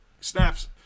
snaps